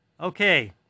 Okay